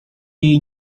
jej